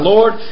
Lord